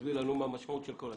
תסביר לנו מה המשמעות של כל התקנות.